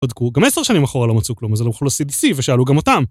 בדקו, גם עשר שנים אחורה לא מצאו כלום אז הם הלכו לסייד C ושאלו גם אותם.